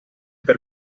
per